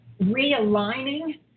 realigning